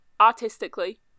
Artistically